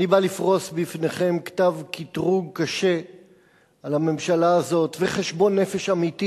אני בא לפרוס בפניכם כתב קטרוג קשה על הממשלה הזאת וחשבון נפש אמיתי